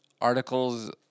articles